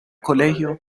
colegio